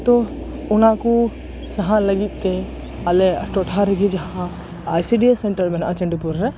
ᱛᱚ ᱚᱱᱟ ᱠᱚ ᱥᱟᱦᱟᱜ ᱞᱟᱹᱜᱤᱫ ᱛᱮ ᱟᱞᱮ ᱴᱚᱴᱷᱟ ᱨᱮᱜᱮ ᱡᱟᱦᱟᱸ ᱟᱭᱥᱤᱰᱤᱭᱮᱥ ᱥᱮᱱᱴᱟᱨ ᱢᱮᱱᱟᱜᱼᱟ ᱪᱚᱱᱰᱤᱯᱩᱨ ᱨᱮ